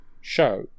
show